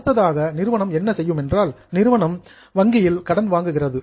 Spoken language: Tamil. அடுத்ததாக நிறுவனம் என்ன செய்யும் என்றால் நிறுவனம் வங்கியில் பாரோஸ் கடன் வாங்குகிறது